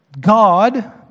God